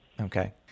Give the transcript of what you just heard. Okay